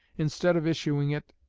instead of issuing it,